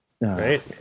Right